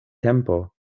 tempo